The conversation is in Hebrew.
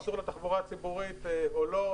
אם ייסעו בתחבורה הציבורית או לא,